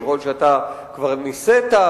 ויכול להיות שאתה כבר נישאת,